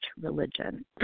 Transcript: religion